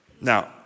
Now